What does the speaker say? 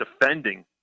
defending